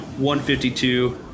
152